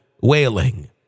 wailing